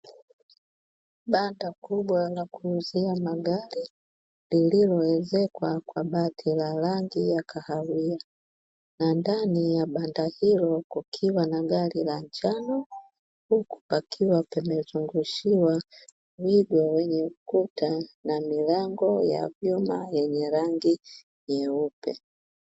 Banda kubwa la kuuzia Magari lililo ezekwa kwa Bati la rangi ya Kahawia, na ndani ya banda hilo kukiwa na gari la njano, huku pakiwa pamezungushiwa wigo wenye ukuta na milango ya vyuma vyenye rangi Nyeupe.